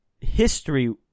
history